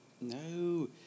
No